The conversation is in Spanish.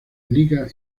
liga